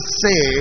say